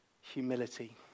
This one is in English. humility